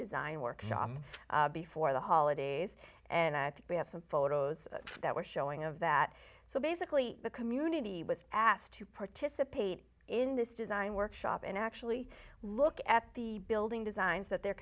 design workshop before the holidays and i have some photos that were showing of that so basically the community was asked to participate in this design workshop and actually look at the building designs that they're